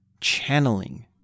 channeling